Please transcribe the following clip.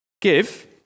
give